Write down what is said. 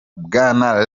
bwana